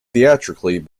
theatrically